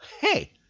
hey